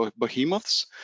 behemoths